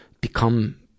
become